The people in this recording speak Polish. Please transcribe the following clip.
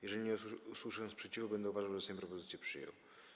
Jeżeli nie usłyszę sprzeciwu, będę uważał, że Sejm propozycję przyjął.